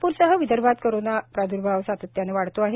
नागपूर सह विदर्भात कोरोना प्राद्र्भाव सातत्याने वाढतो आहे